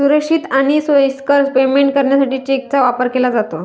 सुरक्षित आणि सोयीस्कर पेमेंट करण्यासाठी चेकचा वापर केला जातो